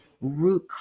root